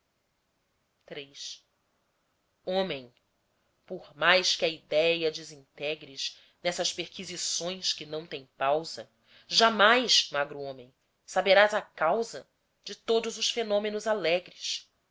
destino homem por mais que a idéia deintegres nessas perquisições que não têm pausa jamais magro homem saberás a causa de todos os fenômenos alegres